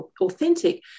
authentic